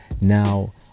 now